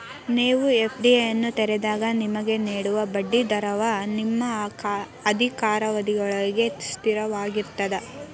ನೇವು ಎ.ಫ್ಡಿಯನ್ನು ತೆರೆದಾಗ ನಿಮಗೆ ನೇಡುವ ಬಡ್ಡಿ ದರವ ನಿಮ್ಮ ಅಧಿಕಾರಾವಧಿಯೊಳ್ಗ ಸ್ಥಿರವಾಗಿರ್ತದ